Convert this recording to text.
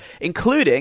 including